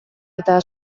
eta